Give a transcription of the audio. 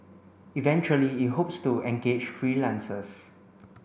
eventually it hopes to engage freelancers